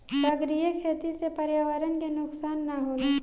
सागरीय खेती से पर्यावरण के नुकसान ना होला